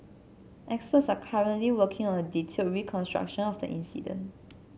experts are currently working on a detailed reconstruction of the incident